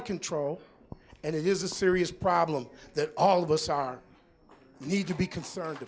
of control and it is a serious problem that all of us are need to be concerned